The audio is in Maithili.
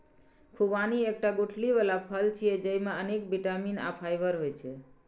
खुबानी एकटा गुठली बला फल छियै, जेइमे अनेक बिटामिन आ फाइबर होइ छै